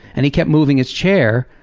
and he kept moving his chair,